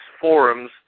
forums